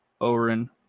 Oren